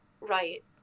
Right